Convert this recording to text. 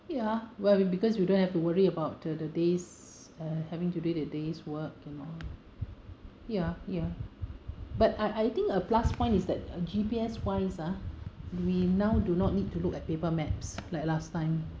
ya well we because you don't have to worry about the the day's uh having to do the day's work and all ya ya but I I I think a plus point is that G_P_S wise ah we now do not need to look at paper maps like last time